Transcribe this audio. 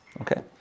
Okay